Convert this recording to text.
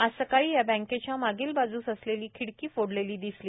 आज सकाळी या बँकेच्या मागील बाजूस असलेली खिडकी फोडलेली दिसली